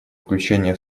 включение